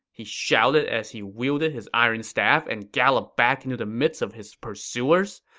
he shouted as he wielded his iron staff and galloped back into the midst of his pursuers.